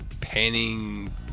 panning